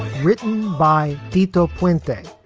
written by theto quinn thing,